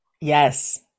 Yes